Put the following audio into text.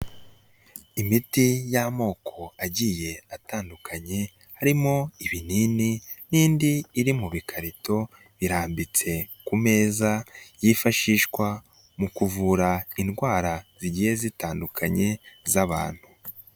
Imiti y'amoko agiye atandukanye harimo ibinini n'indi iri mu bikarito irambitse ku meza yifashishwa mu kuvura indwara zigiye zitandukanye z'abantu.